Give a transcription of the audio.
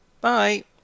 Bye